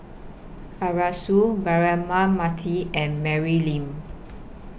Arasu Braema Mathi and Mary Lim